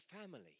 family